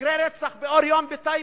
מקרה רצח באור יום בטייבה.